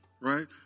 right